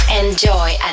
Enjoy